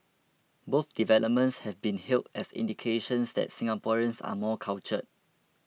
both developments have been hailed as indications that Singaporeans are more cultured